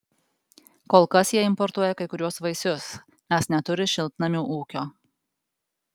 kol kas jie importuoja kai kuriuos vaisius nes neturi šiltnamių ūkio